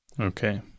Okay